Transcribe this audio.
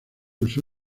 usó